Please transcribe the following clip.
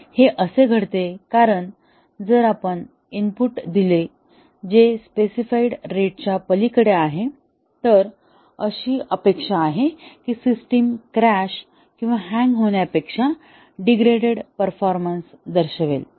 हे असे घडते कारण जर आपण इनपुट दिले जे स्पेसिफाइड रेट च्या पलीकडे आहे तर अशी अपेक्षा आहे की सिस्टम क्रॅश किंवा हँग होण्यापेक्षा डिग्रेडेड परफॉर्मन्स दर्शवेल